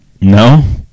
No